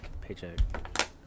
paycheck